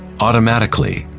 automatically.